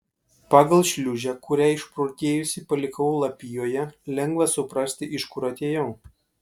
pagal šliūžę kurią išprotėjusi palikau lapijoje lengva suprasti iš kur atėjau